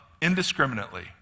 Indiscriminately